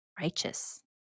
righteous